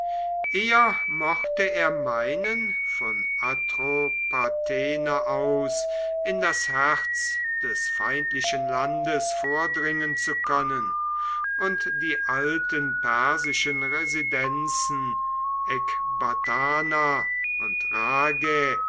eher mochte er meinen von atropatene aus in das herz des feindlichen landes vordringen zu können und die alten persischen residenzen ekbatana und rhagae